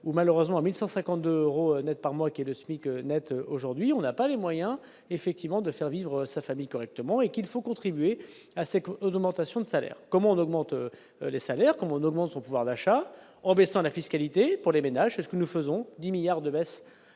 ou malheureusement 1152 euros Net par mois, qui est le SMIC Net aujourd'hui, on n'a pas les moyens effectivement de faire vivre sa famille correctement et qu'il faut contribuer à ses d'augmentation de salaire comme on augmente les salaires qu'on augmente son pouvoir d'achat en baissant la fiscalité pour les ménages, c'est ce que nous faisons 10 milliards de baisse